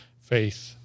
faith